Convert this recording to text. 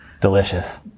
delicious